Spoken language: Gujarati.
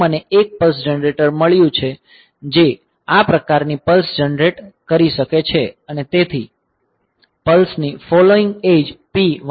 અહીં મને એક પલ્સ જનરેટર મળ્યું છે જે આ પ્રકારની પલ્સ જનરેટ કરી શકે છે અને તેથી પલ્સની ફોલોઇંગ એડ્જ P 1